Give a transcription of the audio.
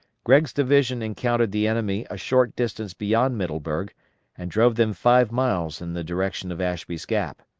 gregg's division encountered the enemy a short distance beyond middleburg and drove them five miles in the direction of ashby's gap.